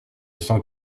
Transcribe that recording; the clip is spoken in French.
sang